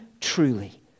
truly